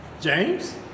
James